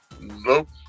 Nope